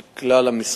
של כלל המשרדים.